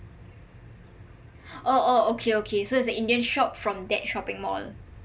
oh oh okay okay so it's a indian shop from that shopping mall